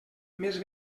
més